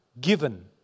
given